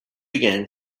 again